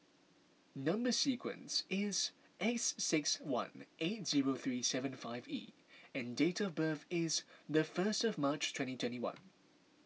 Number Sequence is S six one eight zero three seven five E and date of birth is the first of March twenty twenty one